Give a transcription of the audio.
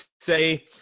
say